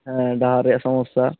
ᱦᱮᱸ ᱰᱟᱦᱟᱨ ᱨᱮᱭᱟᱜ ᱥᱚᱢᱳᱥᱟ